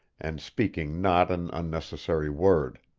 and speaking not an unnecessary word.